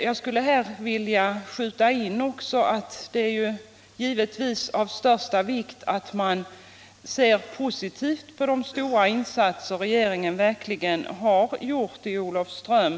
Jag skulle vilja tillägga att det är av största vikt att man ser positivt på de stora insatser som regeringen har gjort i Olofström.